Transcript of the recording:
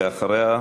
ואחריה,